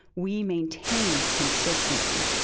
we maintained consistency.